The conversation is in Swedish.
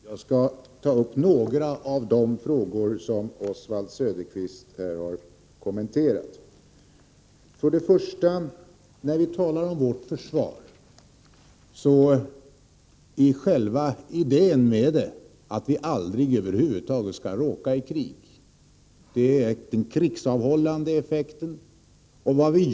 Herr talman! Jag skall ta upp några av de frågor som Oswald Söderqvist här har kommenterat. När vi talar om vårt försvar bör vi vara medvetna, om att själva idén med det är, att vi aldrig över huvud taget skall råka i krig — det är den krigsavhållande effekten som är avgörande.